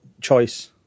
choice